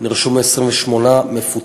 נרשמו 28 מפוטרים.